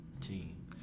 team